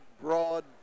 broad